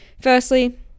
firstly